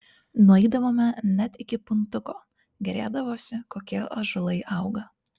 nueidavome net iki puntuko gėrėdavosi kokie ąžuolai auga